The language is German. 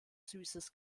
süßes